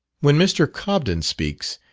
when mr. cobden speaks,